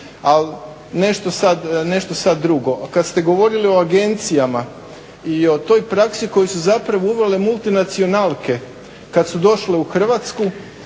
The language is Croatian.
nešto sada drugo. Kada ste govorili o agencijama koju su zapravo uvele multinacionalke kada su došle u Hrvatsku